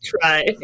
try